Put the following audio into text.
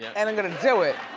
yeah and i'm gonna do it,